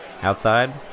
outside